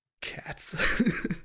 Cats